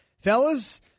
fellas